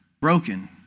broken